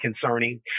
concerning